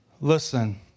Listen